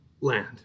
land